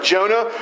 Jonah